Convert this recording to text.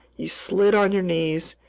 you slid on your knees,